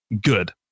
good